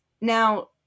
Now